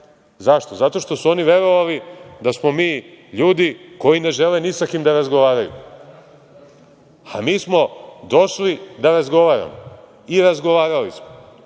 Zašto? Zato što su oni verovali da smo mi ljudi koji ne žele ni sa kim da razgovaraju, a mi smo došli da razgovaramo i razgovarali smo,